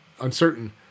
uncertain